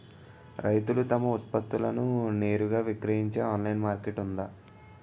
రైతులు తమ ఉత్పత్తులను నేరుగా విక్రయించే ఆన్లైన్ మార్కెట్ ఉందా?